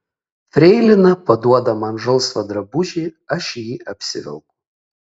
freilina paduoda man žalsvą drabužį aš jį apsivelku